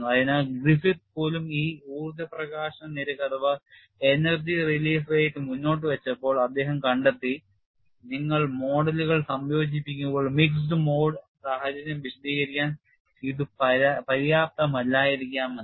അതിനാൽ ഗ്രിഫിത്ത് പോലും ഈ ഊർജ്ജ പ്രകാശന നിരക്ക് മുന്നോട്ടുവച്ചപ്പോൾ അദ്ദേഹം കണ്ടെത്തി നിങ്ങൾ മോഡുകൾ സംയോജിപ്പിക്കുമ്പോൾ മിക്സഡ് മോഡ് സാഹചര്യം വിശദീകരിക്കാൻ ഇത് പര്യാപ്തമല്ലായിരിക്കാം എന്ന്